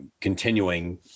continuing